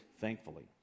thankfully